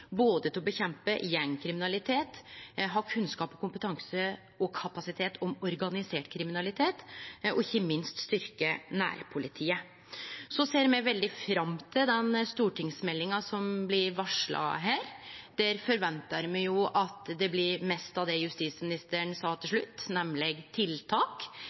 til både å kjempe mot gjengkriminalitet, ha kunnskap og kompetanse og kapasitet når det gjeld organisert kriminalitet, og ikkje minst styrkje nærpolitiet. Så ser me veldig fram til den stortingsmeldinga som blir varsla her. Der forventar me at det blir mest av det justisministeren sa til slutt, nemleg tiltak.